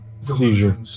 Seizure